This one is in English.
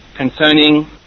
Concerning